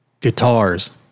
guitars